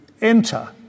enter